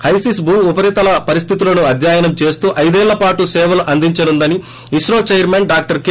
హైసిస్ భూ ఉపరితల పరిస్థితులను అధ్యయనం చేస్తూ ఐదేళ్ల పాటు సేవలు అందించనుందని ఇస్రో చైర్మన్ డాక్షర్ కె